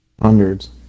hundreds